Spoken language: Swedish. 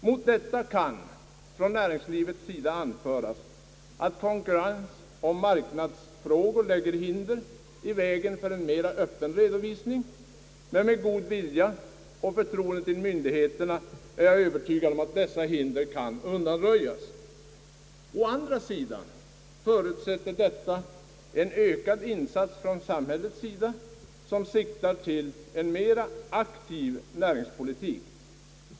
Mot detta kan från näringslivets sida anföras, att konkurrens och marknadsfrågor lägger hinder i vägen för en mera öppen redovisning. Men med god vilja och föriroende för myndigheterna är jag övertygad om att dessa hinder kan undanröjas. Detta förutsätter dessutom en ökad insats från samhällets sida, som siktar till en aktiv näringspolitik.